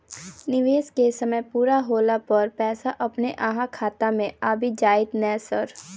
निवेश केँ समय पूरा होला पर पैसा अपने अहाँ खाता मे आबि जाइत नै सर?